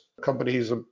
companies